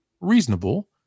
reasonable